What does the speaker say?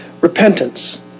Repentance